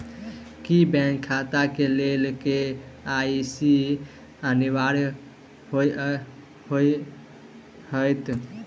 की bank खाता केँ लेल के.वाई.सी अनिवार्य होइ हएत?